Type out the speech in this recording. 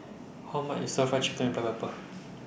How much IS Stir Fried Chicken with Black Pepper